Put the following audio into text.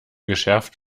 geschärft